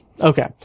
Okay